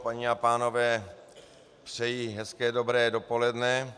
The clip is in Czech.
Paní a pánové, přeji hezké dobré dopoledne.